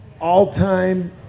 All-time